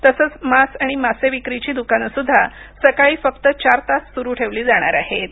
तसेच मांस आणि मासे विक्रीची द्कानेसुद्धा सकाळी फक्त चार तास सुरू ठेवली जाणारआहेत